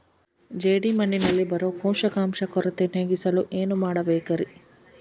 ಜೇಡಿಮಣ್ಣಿನಲ್ಲಿ ಬರೋ ಪೋಷಕಾಂಶ ಕೊರತೆ ನೇಗಿಸಲು ಏನು ಮಾಡಬೇಕರಿ?